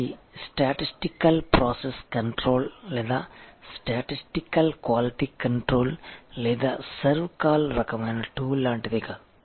ఇది statistical process control లేదా statistical quality control లేదా సర్వ్ కాల్ రకమైన టూల్ లాంటిది కాదు